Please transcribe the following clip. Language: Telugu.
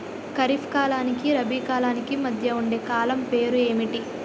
ఖరిఫ్ కాలానికి రబీ కాలానికి మధ్య ఉండే కాలం పేరు ఏమిటి?